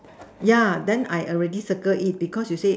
yeah then I already circled it because you said